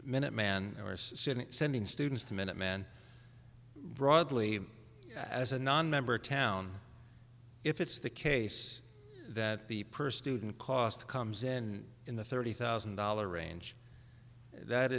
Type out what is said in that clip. minuteman or sending students to minutemen broadly as a nonmember town if it's the case that the person who didn't cost comes in in the thirty thousand dollars range that